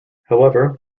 however